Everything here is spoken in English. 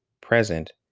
present